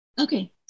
Okay